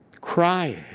Crying